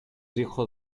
hijo